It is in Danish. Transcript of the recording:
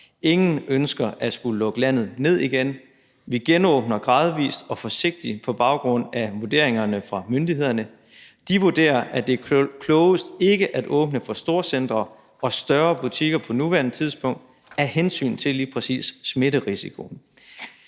Ingen ønsker at skulle lukke landet ned igen. Vi genåbner gradvis og forsigtigt på baggrund af vurderingerne fra myndighederne. De vurderer, at det er klogest ikke at åbne for storcentre og større butikker på nuværende tidspunkt af hensyn til lige præcis smitterisikoen.